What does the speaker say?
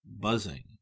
buzzing